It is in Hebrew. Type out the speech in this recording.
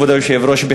כבוד היושב-ראש,